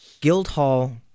Guildhall